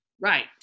Right